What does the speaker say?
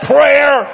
prayer